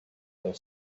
their